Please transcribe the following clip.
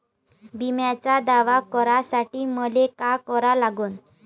बिम्याचा दावा करा साठी मले का करा लागन?